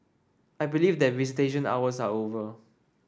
I believe that visitation hours are over